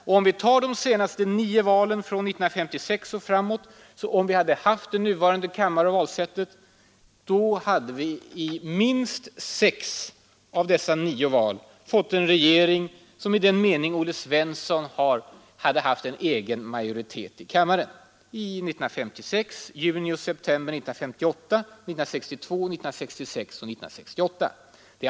Om vi i de senaste nio valen, från 1956 och framåt, hade haft den nuvarande kammaren och det nuvarande valsättet, hade vi i minst sex av dessa nio val — 1956, i juni och september 1958, 1962, 1966 och 1968 — fått en regering som haft en egen majoritet i kammaren.